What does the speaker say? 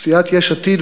סיעת יש עתיד,